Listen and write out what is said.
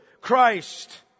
Christ